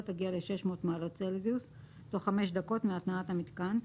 תגיע ל-600 מעלות צלזיוס תוך חמש דקות מהתנעת המיתקן,